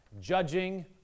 Judging